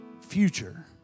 future